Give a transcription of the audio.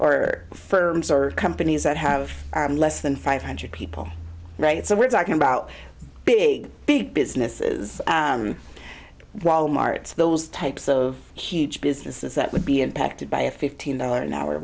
e firms or companies that have less than five hundred people right so we're talking about big big businesses wal mart those types of huge businesses that would be impacted by a fifteen dollars an hour